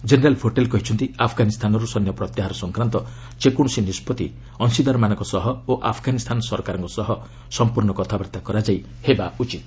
general Votel କହିଛନ୍ତି ଆଫଗାନିସ୍ଥାନରୁ ସୈନ୍ୟ ପ୍ରତ୍ୟାହାର ସଂକ୍ରାନ୍ତ ଯେକୌଣସି ନିଷ୍ପଭି ଅଂଶୀଦାରମାନଙ୍କ ସହ ଓ ଆଫଗାନିସ୍ଥାନ ସରକାରଙ୍କ ସହ ସମ୍ପର୍ଶ୍ଣ କଥାବାର୍ତ୍ତା କରାଯାଇ ହେବା ଉଚିତ୍